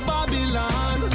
Babylon